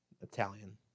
Italian